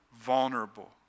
vulnerable